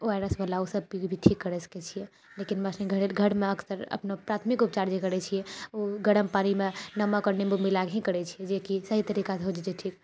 ओ R S वला ओसब पी कऽ भी ठीक कर सकैत छियै लेकिन घरमे अक्सर अपनो प्राथमिक उपचार जे करैत छियै ओ गरम पानिमे नमक आओर निम्बू मिलाए कऽ ही करैत छियै जेकि सही तरीकासँ हो जेतै ठीक